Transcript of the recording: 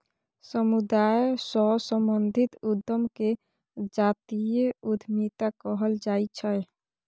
समुदाय सँ संबंधित उद्यम केँ जातीय उद्यमिता कहल जाइ छै